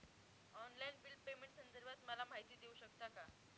Online bill पेमेंटसंदर्भात मला माहिती देऊ शकतात का?